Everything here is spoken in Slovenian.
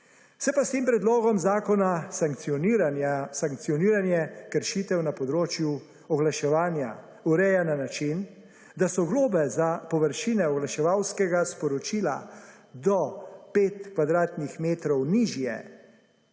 Se pa s tem predlogom zakona sankcioniranje kršitev na področju oglaševanja ureja na način, da so globe za površine oglaševalskega sporočila do 5